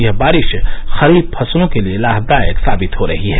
यह बारिश खरीफ फसलों के लिए लाभदायक साबित हो रही है